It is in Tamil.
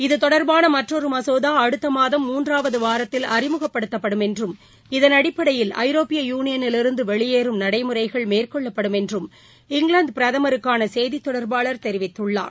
இது தொடர்பான மற்றொரு மசோதா அடுத்த மாதம் மூன்றாவது வாரத்தில் அறிமுகப்படுத்தப்படும் என்றும் இதன் அடிப்படையில் ஐரோப்பிய யுனியனிலிருந்து வெளியேறும் நடைமுறைகள் மேற்கொள்ளப்படும் என்றும் இங்கிலாந்து பிரதமருக்கான செய்தி தொடர்பாளர் தெரிவித்துள்ளார்